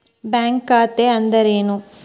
Bank ಖಾತೆ ಅಂದರೆ ಏನು?